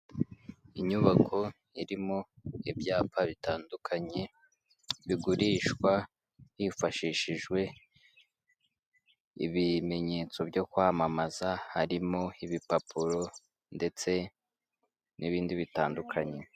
Inyubako irimo ibyapa bitandukanye bigurishwa hifashishijwe ibimenyetso byo kwamamaza harimo ibipapuro ndetse n'ibindi bitandukanye.